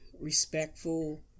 respectful